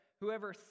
whoever